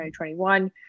2021